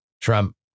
Trump